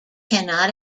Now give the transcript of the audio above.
cannot